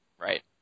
Right